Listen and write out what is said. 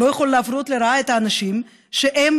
לא יכול להפלות לרעה את האנשים שבימי